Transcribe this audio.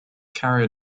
carrier